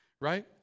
Right